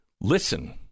Listen